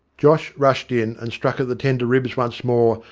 josh rushed in and struck at the tender ribs once more,